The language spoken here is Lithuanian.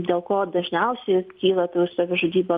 dėl ko dažniausiai kyla tų savižudybių